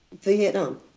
Vietnam